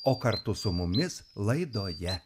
o kartu su mumis laidoje